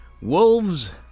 Wolves